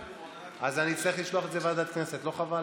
אז אצטרך לשלוח את זה לוועדת הכנסת, לא חבל?